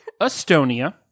Estonia